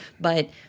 but-